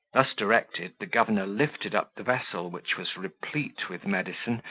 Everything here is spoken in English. thus directed, the governor lifted up the vessel, which was replete with medicine,